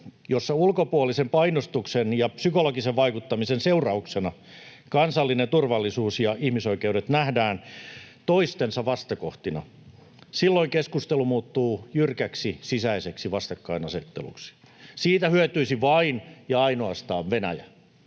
jossa ulkopuolisen painostuksen ja psykologisen vaikuttamisen seurauksena kansallinen turvallisuus ja ihmisoikeudet nähdään toistensa vastakohtina. Silloin keskustelu muuttuu jyrkäksi sisäiseksi vastakkainasetteluksi. Siitä hyötyisi vain ja ainoastaan Venäjä,